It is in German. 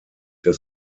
des